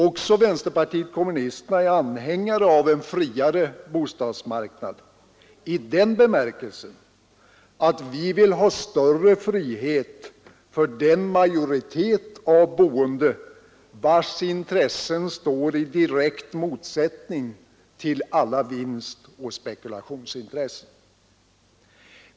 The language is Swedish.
Också vänsterpartiet kommunisterna är anhängare av en friare bostadsmarknad i den bemärkelsen att vi vill ha större frihet för den majoritet av boende vars intressen står i direkt motsättning till alla vinstoch spekulationsintressen.